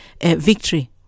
victory